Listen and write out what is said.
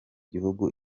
gihugu